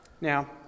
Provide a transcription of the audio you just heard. Now